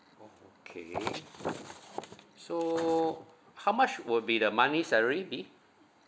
oh okay so how much would be the monthly salary be